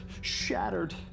shattered